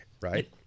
Right